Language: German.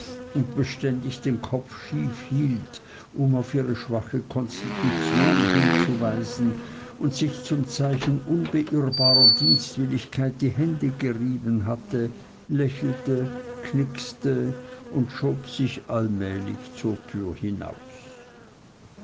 und beständig den kopf schief hielt um auf ihre schwache konstitution hinzuweisen und sich zum zeichen unbeirrbarer dienstwilligkeit die hände gerieben hatte lächelte knixte und schob sich allmählich zur türe hinaus